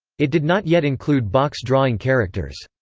it did not yet include box-drawing characters.